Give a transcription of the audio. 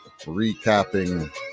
recapping